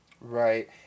Right